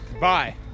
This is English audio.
Bye